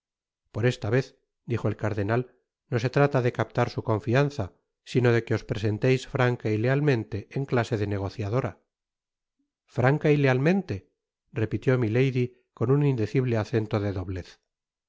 por esta vez dijo el cardenal no se trata de captar su confianza sino de que os presenteis franca y lealmente en clase de negociadora franca y lealmente repitió milady con un indecible acento de doblez si franca y